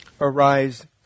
arise